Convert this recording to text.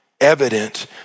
evident